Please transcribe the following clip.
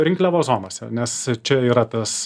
rinkliavos zonose nes čia yra tas